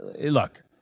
look